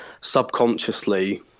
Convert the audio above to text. subconsciously